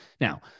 Now